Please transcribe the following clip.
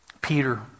Peter